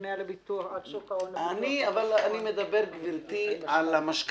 הממונה על שוק ההון --- אני מדבר על ביטוח משכנתא,